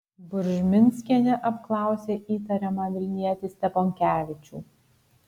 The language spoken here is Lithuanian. buržminskienė apklausė įtariamą vilnietį steponkevičių